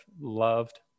loved